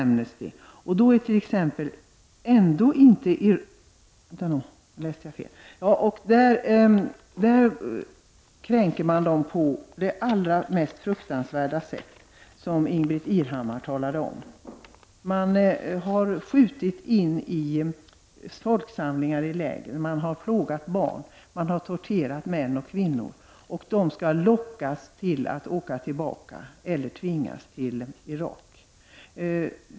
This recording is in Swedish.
I detta område kränks de mänskliga rättigheterna på de allra mest fruktansvärda sätt, vilket Ingbritt Irhammar talade om. Man har skjutit in i folksamlingar i lägren, man har plågat barn, man har torterat män och kvinnor, och de skall lockas till att åka tillbaka eller tvingas till Irak.